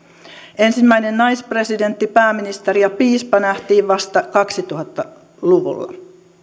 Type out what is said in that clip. ensimmäinen naispresidentti pääministeri ja piispa nähtiin vasta kaksituhatta luvulla